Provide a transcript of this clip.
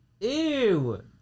Ew